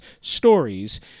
stories